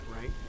right